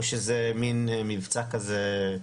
או שזה מן מבצע כזה,